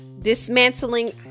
dismantling